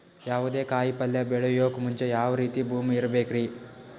ಯಾವುದೇ ಕಾಯಿ ಪಲ್ಯ ಬೆಳೆಯೋಕ್ ಮುಂಚೆ ಯಾವ ರೀತಿ ಭೂಮಿ ಇರಬೇಕ್ರಿ?